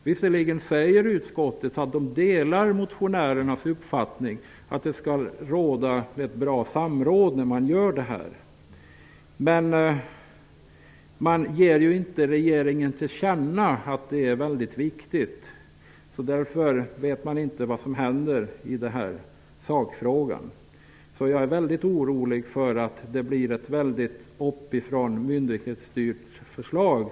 Visserligen säger man i utskottet att man delar motionärernas uppfattning att det skall finnas samråd. Men man ger inte regeringen till känna att detta är väldigt viktigt. Därför vet man inte vad som gäller i sakfrågan. Jag är orolig för att det så småningom kommer ett myndighetsstyrt förslag.